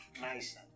nice